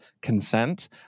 consent